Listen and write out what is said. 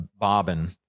bobbin